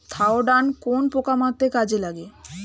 Thiodan কোন পোকা মারতে কাজে লাগে?